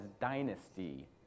dynasty